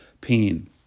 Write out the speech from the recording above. pain